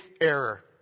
error